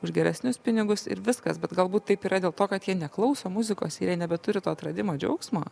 už geresnius pinigus ir viskas bet galbūt taip yra dėl to kad jie neklauso muzikos ir jie nebeturi to atradimo džiaugsmo